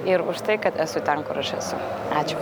ir už tai kad esu ten kur aš esu ačiū